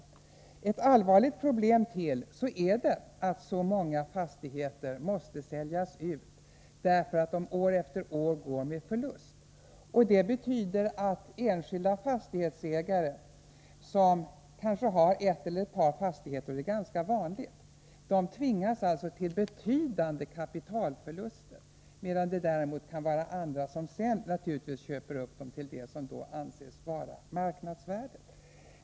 Ännu ett allvarligt problem är att så många fastigheter måste säljas ut därför att de år efter år går med förlust. Det betyder att enskilda fastighetsägare, som kanske har en eller ett par fastigheter, vilket är ganska vanligt, tvingas till betydande kapitalförluster, medan det kan finnas andra som köper upp dessa fastigheter till priser som då anses motsvara marknadsvärdet.